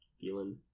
Feeling